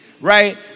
Right